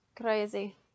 Crazy